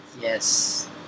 yes